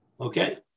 Okay